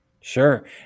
Sure